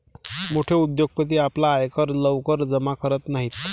मोठे उद्योगपती आपला आयकर लवकर जमा करत नाहीत